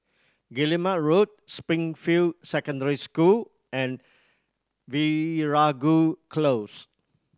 Guillemard Road Springfield Secondary School and Veeragoo Close